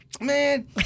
man